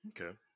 Okay